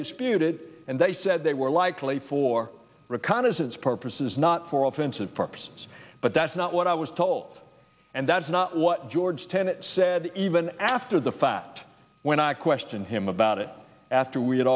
disputed and they said they were likely for reconnaissance purposes not for offensive parks but that's not what i was told and that's not what george tenet said even after the fact when i questioned him about it after we had